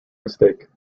mistake